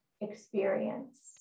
experience